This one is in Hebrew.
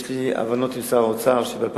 יש לי הבנות עם שר האוצר שב-2010,